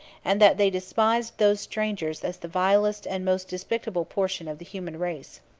and that they despised those strangers as the vilest and most despicable portion of the human race.